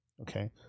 Okay